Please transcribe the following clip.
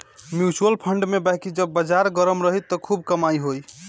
mutual fund में बाकी जब बाजार गरम रही त खूब कमाई होई